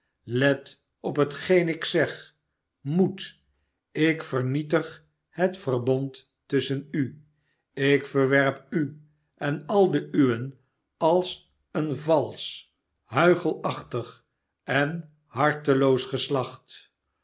let op hetgeen ik zeg moet ik vernietig het verbond tusschen u ik verwerp u en al de uwen als een valsch huichelachtig en harteloos geslacht